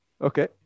Okay